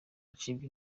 acibwa